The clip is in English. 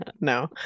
no